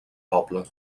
poble